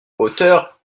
auteur